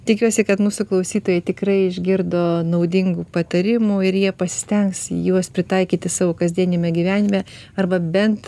tikiuosi kad mūsų klausytojai tikrai išgirdo naudingų patarimų ir jie pasistengs juos pritaikyti savo kasdieniame gyvenime arba bent